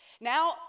now